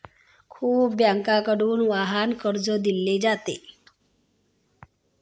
खूप बँकांकडून वाहन कर्ज दिले जाते